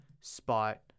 spot